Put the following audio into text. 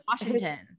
Washington